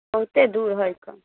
बहुते दूर हय की